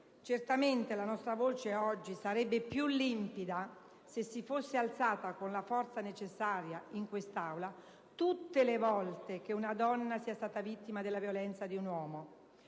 Certamente la nostra voce oggi sarebbe più limpida se si fosse alzata con la forza necessaria in quest'Aula tutte le volte che una donna sia stata vittima della violenza di un uomo.